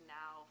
now